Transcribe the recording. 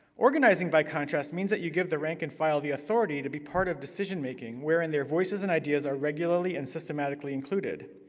organizing, by contrast, means that you give the rank-and-file the authority to be part of decision-making, wherein their voices and ideas are regularly and systematically included.